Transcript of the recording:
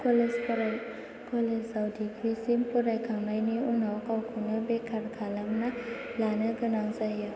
college आव degree सिम फरायखांनायनि उनाव गावखौनो बेखार खालामना लानो गोनां जायो